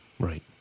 Right